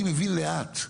אני מבין לאט.